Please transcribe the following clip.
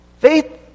Faith